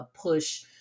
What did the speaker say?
push